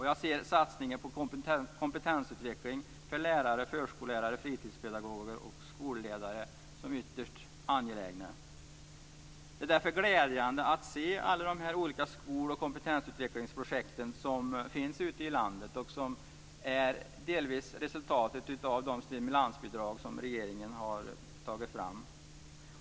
Jag ser satsningen på kompetensutveckling för lärare, förskollärare, fritidspedagoger och skolledare som ytterst angelägen. Därför är det glädjande att se alla de olika skoloch kompetensutvecklingsprojekten ute i landet som delvis är ett resultat av de stimulansbidrag som regeringen har tagit fram.